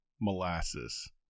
molasses